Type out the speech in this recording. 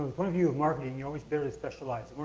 and point of view of marketing, you're always very specialized.